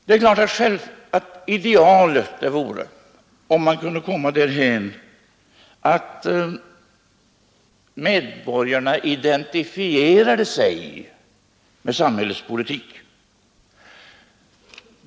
Det är klart att idealet vore om man kunde komma därhän, att medborgarna identifierade sig med samhällets politik.